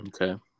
Okay